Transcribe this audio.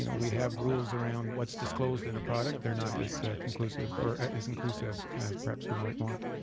you know we have rules around what's disclosed in a product. they're not as conclusive or as inclusive as, perhaps, we might want,